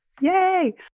Yay